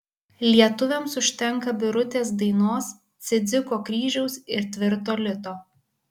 lietuviams užtenka birutės dainos cidziko kryžiaus ir tvirto lito